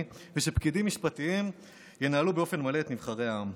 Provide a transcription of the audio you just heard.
ושפקידים משפטיים ינהלו באופן מלא את נבחרי העם.